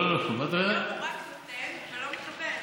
היום הוא רק נותן ולא מקבל.